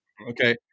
Okay